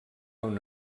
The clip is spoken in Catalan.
una